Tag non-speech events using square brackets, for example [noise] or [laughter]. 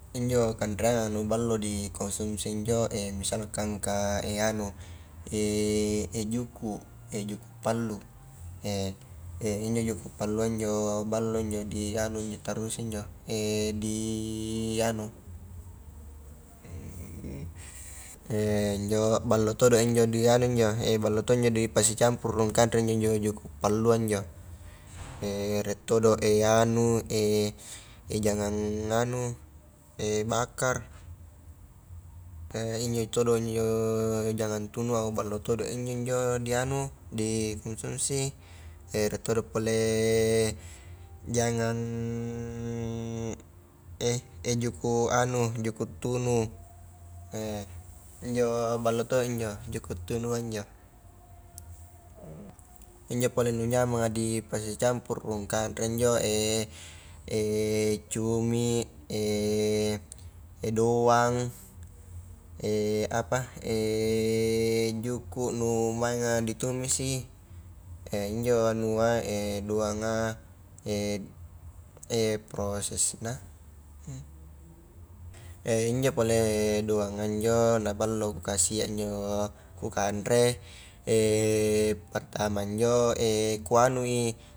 Injo kanreangang nu ballo dikonsumsi injo, [hesitation] misalkanka [hesitation] anu [hesitation] juku, [hesitation] juku pallu [hesitation] injo juku pallua injo ballo injo di anu ditarrusi injo [hesitation] di anu, [hesitation] ballo todo injo di anu injo [hesitation] ballo todo dipasicampuru rung kanre njo injo juku pallua injo, [hesitation] rie todo anu [hesitation] jagang anu [hesitation] bakar, [hesitation] injo todo injo jagan tunua ballo todo injo-injo di anu di konsumsi, [hesitation] rie todo pole jangang [hesitation] juku anu juku tunu [hesitation] injo ballo to injo juku tunua injo, injo pole nu nyamang dipasicapuru rung kanre injo [hesitation] cumi, [hesitation] doang, [hesitation] apa, [hesitation] juku nu mainga ditumisi, [hesitation] injo anua [hesitation] doanga, [hesitation] prosesna, [hesitation] injo pole doanga injo naballo kasia injo kukanre [hesitation] pertama injo, [hesitation] ku anui.